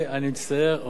אבל בעצם אני שמח